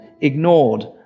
ignored